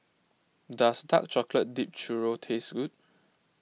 does Dark Chocolate Dipped Churro taste good